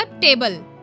table